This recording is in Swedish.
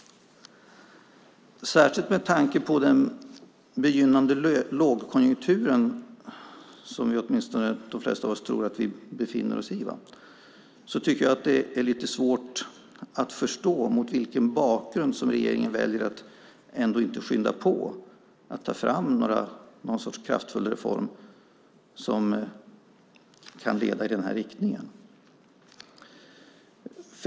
Särskilt med tanke på den begynnande lågkonjunkturen, som de flesta av oss tror att vi befinner oss i, tycker jag att det är lite svårt att förstå mot vilken bakgrund regeringen väljer att inte skynda på med att ta fram en kraftfull reform som kan leda i den riktningen.